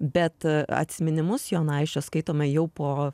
bet atsiminimus jono aisčio skaitome jau po